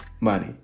money